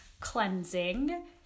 cleansing